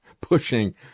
pushing